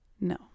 No